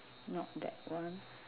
not that one